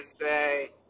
say